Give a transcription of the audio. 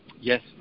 yes